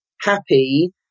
happy